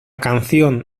canción